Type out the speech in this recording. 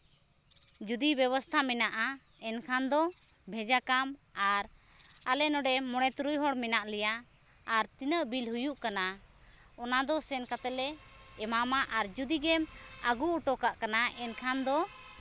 ᱡᱩᱫᱤ ᱵᱮᱵᱚᱥᱛᱷᱟ ᱢᱮᱱᱟᱜᱼᱟ ᱮᱱᱠᱷᱟᱱ ᱫᱚ ᱵᱷᱮᱡᱟ ᱠᱟᱜ ᱟᱢ ᱟᱨ ᱟᱞᱮ ᱱᱚᱰᱮ ᱢᱚᱬᱮ ᱛᱩᱨᱩᱭ ᱦᱚᱲ ᱢᱮᱱᱟᱜ ᱞᱮᱭᱟ ᱟᱨ ᱛᱤᱱᱟᱹᱜ ᱵᱤᱞ ᱦᱩᱭᱩᱜ ᱠᱟᱱᱟ ᱚᱱᱟᱫᱚ ᱥᱮᱱ ᱠᱟᱛᱮᱫ ᱞᱮ ᱮᱢᱟᱢᱟ ᱟᱨ ᱡᱩᱫᱤ ᱜᱮᱢ ᱟᱹᱜᱩ ᱦᱚᱴᱚ ᱠᱟᱜ ᱠᱟᱱᱟ ᱮᱱᱠᱷᱟᱱ ᱫᱚ